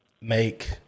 make